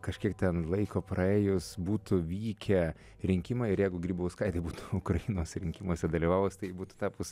kažkiek ten laiko praėjus būtų vykę rinkimai ir jeigu grybauskaitė būtų ukrainos rinkimuose dalyvavus tai būtų tapus